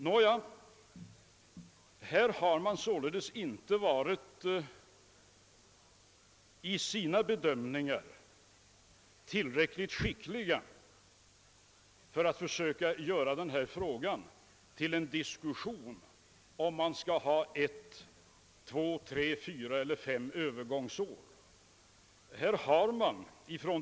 Nåja, man har således inte i sina bedömningar varit tillräckligt skicklig för att lyckas göra denna fråga till en diskussion om huruvida man skall ha ett, två, tre, fyra eller fem övergångsår.